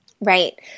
Right